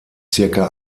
circa